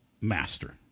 master